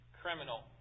criminal